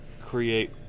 create